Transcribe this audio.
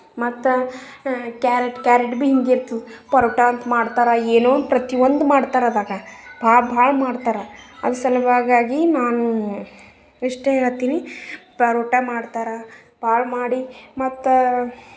ಮತ್ತು carrot carrot ಭಿ ಹಿಂಗೆ ಇರ್ತದೆ ಪರೋಟಾ ಅಂತ ಮಾಡ್ತಾರೆ ಏನು ಪ್ರತಿ ಒಂದು ಮಾಡ್ತಾರೆ ಅದಾಗ ಭಾಳ ಭಾಳ ಮಾಡ್ತಾರೆ ಅದು ಸಲುವಾಗಾಗಿ ನಾನು ಇಷ್ಟೇ ಹೇಳ್ತೀನಿ ಪರೋಟಾ ಮಾಡ್ತಾರೆ ಪಾಲ್ ಮಾಡಿ ಮತ್ತು